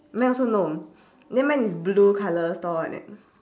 mine also no then mine is blue colour store like that